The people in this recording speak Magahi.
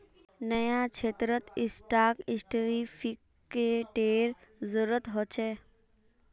न्यायक्षेत्रत स्टाक सेर्टिफ़िकेटेर जरूरत ह छे